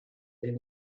then